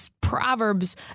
Proverbs